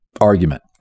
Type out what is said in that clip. argument